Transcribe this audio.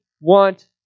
want